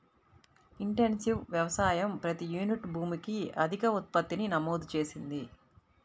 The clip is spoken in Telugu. ఇంటెన్సివ్ వ్యవసాయం ప్రతి యూనిట్ భూమికి అధిక ఉత్పత్తిని నమోదు చేసింది